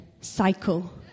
cycle